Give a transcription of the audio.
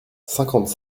cinquante